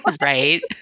right